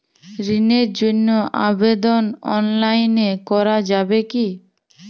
ঋণের জন্য আবেদন অনলাইনে করা যাবে কি?